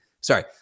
Sorry